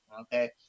okay